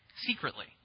secretly